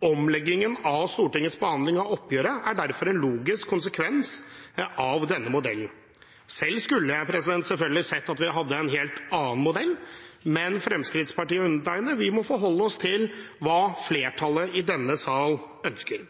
Omleggingen av Stortingets behandling av oppgjøret er derfor en logisk konsekvens av denne modellen. Selv skulle jeg selvfølgelig sett at vi hadde en helt annen modell, men Fremskrittspartiet – og undertegnede – må forholde seg til hva flertallet i denne sal ønsker.